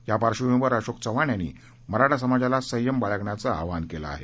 त्या पार्श्वभूमीवर अशोक चव्हाण यांनी मराठा समाजाला संयम बाळगण्याचं आवाहन केलं आहे